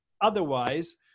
otherwise